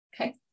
Okay